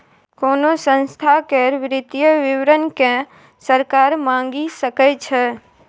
कोनो संस्था केर वित्तीय विवरण केँ सरकार मांगि सकै छै